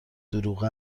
دروغ